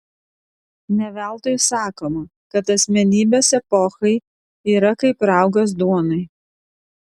ne veltui sakoma kad asmenybės epochai yra kaip raugas duonai